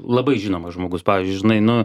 labai žinomas žmogus pavyzdžiui žinai nu